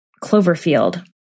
Cloverfield